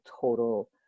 total